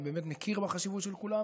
ובאמת מכיר בחשיבות של כולם,